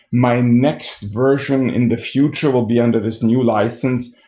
my next version in the future will be under this new license.